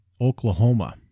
Oklahoma